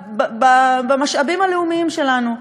במשאבים הלאומיים שלנו,